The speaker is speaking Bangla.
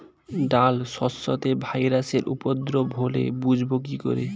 ডাল শস্যতে ভাইরাসের উপদ্রব হলে বুঝবো কি করে?